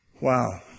wow